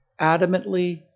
adamantly